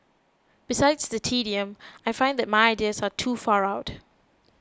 besides the tedium I feel that my ideas are too far out